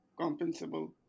compensable